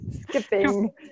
skipping